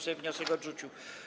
Sejm wniosek odrzucił.